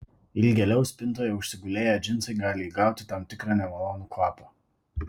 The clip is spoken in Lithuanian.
ilgėliau spintoje užsigulėję džinsai gali įgauti tam tikrą nemalonų kvapą